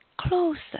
Closer